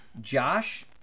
Josh